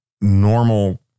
normal